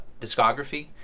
discography